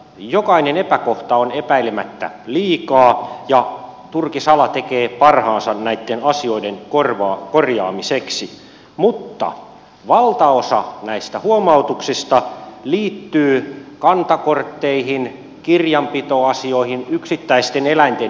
jokainen epäkohta on epäilemättä liikaa ja turkisala tekee parhaansa näitten asioiden korjaamiseksi mutta valtaosa näistä huomautuksista liittyy kantakortteihin kirjanpitoasioihin yksittäisten eläinten merkintöihin